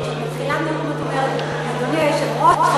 כשאת מתחילה עוד פעם את אומרת: אדוני היושב-ראש,